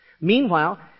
Meanwhile